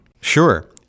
Sure